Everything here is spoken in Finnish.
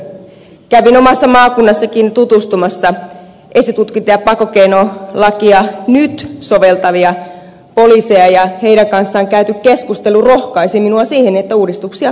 kävin omassa maakunnassanikin tutustumassa esitutkinta ja pakkokeinolakia nyt soveltaviin poliiseihin ja heidän kanssaan käyty keskustelu rohkaisi minua siihen että uudistuksia tarvitaan